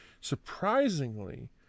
surprisingly